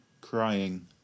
crying